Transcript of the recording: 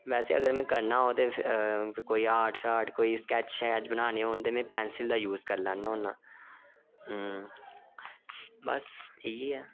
अगर में कोई करना होऐ आर्ट स्कैच स्कैच बनाने होन तां में पैंसिल दा यूज़ करी लैना होन्नां बस इ'यै